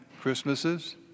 Christmases